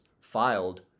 filed